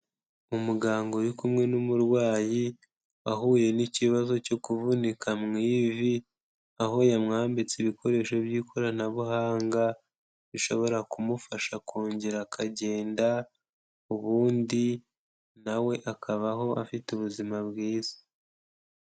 Umuganga uri kumwe n'umurwayi ahuye n'ikibazo cyo kuvunika mu ivi aho yamwambitse ibikoresho by'ikoranabuhanga bishobora kumufasha akongera akagenda, ubundi na we akabaho afite ubuzima bwiza.